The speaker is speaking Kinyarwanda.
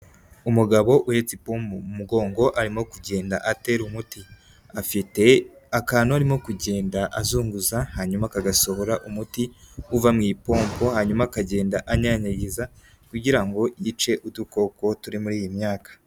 Umugabo uhetse ipombo mu mugongo arimo kugenda atera umuti, afite akantu arimo kugenda azunguza hanyuma kagasohora umuti uva mu ipombo, hanyuma akagenda anyanyagiza kugira ngo yice udukoko turi muri iyi myaka.